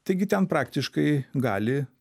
taigi ten praktiškai gali